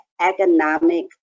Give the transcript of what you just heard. economic